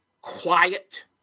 quiet